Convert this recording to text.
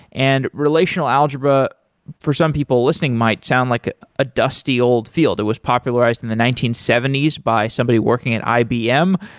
and relational algebra for some people listening might sound like a dusty old field. it was popularized in the nineteen seventy s by somebody working at ibm.